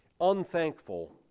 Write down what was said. unthankful